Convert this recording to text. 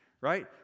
right